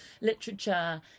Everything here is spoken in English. literature